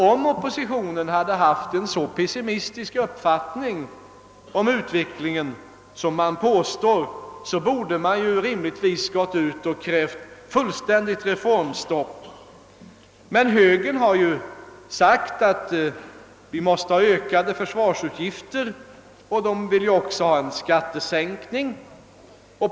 Om oppositionen har en så pessimistisk uppfattning om utvecklingen som man påstår borde man rimligen ha krävt fullständigt reformstopp. Men högern vill ha ökade försvarsutgifter, och den vill även ha skattesänkningar.